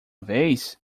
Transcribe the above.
vez